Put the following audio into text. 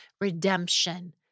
redemption